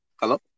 hello